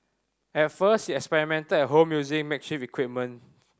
at first he experimented at home using makeshift equipment